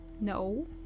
No